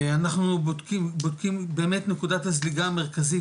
אנחנו בודקים באמת נקודת הזליגה המרכזית,